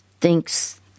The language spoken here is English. thinks